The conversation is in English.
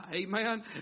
Amen